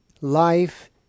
life